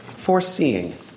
Foreseeing